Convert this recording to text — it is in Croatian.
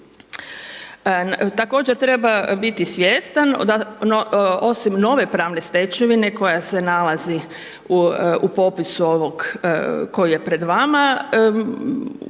Također treba biti svjestan osim nove pravne stečevine koja se nalazi u popisu ovog koji je pred vama,